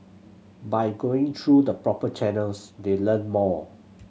by going through the proper channels they learn more